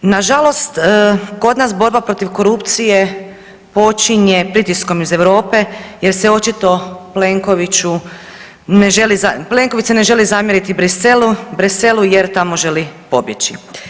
Na žalost kod nas borba protiv korupcije počinje pritiskom iz Europe, jer se očito Plenkoviću ne želi, Plenković se ne želi zamjeriti Bruxellesu jer tamo želi pobjeći.